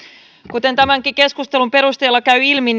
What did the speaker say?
kuten tämänkin keskustelun perusteella käy ilmi